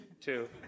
two